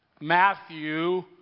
Matthew